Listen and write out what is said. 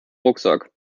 rucksack